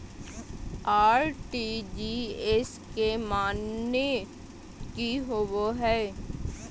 RTGS के माने की होबो है?